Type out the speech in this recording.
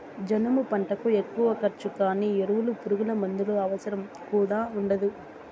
జనుము పంటకు ఎక్కువ ఖర్చు గానీ ఎరువులు పురుగుమందుల అవసరం కూడా ఉండదు